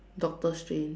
Doctor Strange